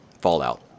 Fallout